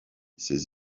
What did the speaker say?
ses